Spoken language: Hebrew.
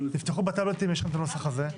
תפתחו בטאבלטים, יש לכם את המסך הזה.